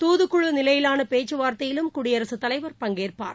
தூதுக்குழுநிலையிலானபேச்சுவார்த்தையிலும் குடியரசுத்தலைவர் பங்கேற்பார்